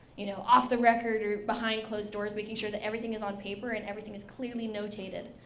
you know off the record or behind closed doors. making sure that everything is on paper, and everything is clearly notated